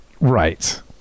right